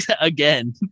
Again